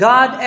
God